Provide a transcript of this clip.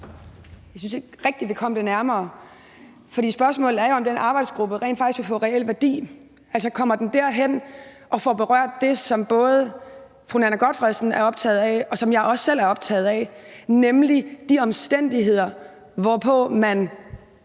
Jeg synes ikke rigtig, vi kom det nærmere. For spørgsmålet er jo, om den arbejdsgruppe rent faktisk vil få reel værdi. Altså, kommer den derhen og får berørt det, som både fru Nanna W. Gotfredsen er optaget af, og som jeg også selv er optaget af, nemlig de omstændigheder, under